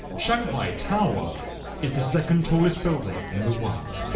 shanghai tower is the second tallest building in the world.